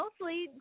mostly